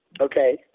Okay